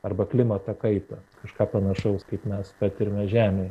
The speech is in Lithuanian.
arba klimato kaitą kažką panašaus kaip mes patiriame žemėje